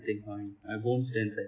my bones damn sad